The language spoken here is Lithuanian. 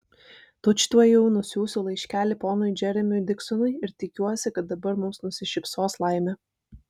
tučtuojau nusiųsiu laiškelį ponui džeremiui diksonui ir tikiuosi kad dabar mums nusišypsos laimė